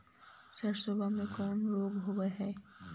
सरसोबा मे कौन रोग्बा होबय है?